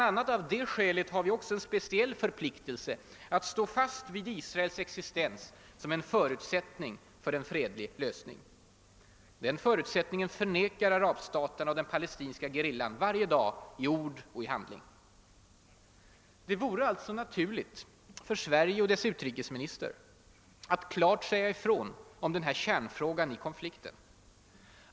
a. av det skälet har vi också en speciell förpliktelse att stå fast vid Israels existens som en förutsättning för en fredlig lösning. Den förutsättningen förnekar arabstaterna och den palestinska gerillan varje dag i ord och handling. Det vore alltså naturligt för Sverige och dess utrikesminister att klart säga ifrån om denna kärnfråga i konflikten.